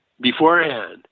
beforehand